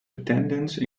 attendance